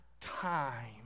time